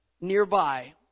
nearby